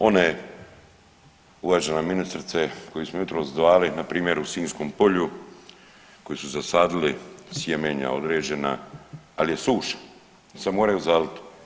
One uvažena ministrice koji su me jutros zvali npr. u Sinjskom polju koji su zasadili sjemenja određena, ali je suša, sad moraju zalit.